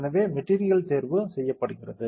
எனவே மெட்டீரியல் தேர்வு செய்யப்படுகிறது